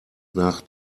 nach